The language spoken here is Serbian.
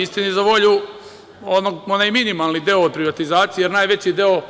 Istini za volju, onaj minimalni deo od privatizacije, jer najveći deo